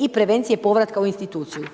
i prevencije povratka u instituciju.